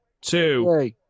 two